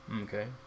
Okay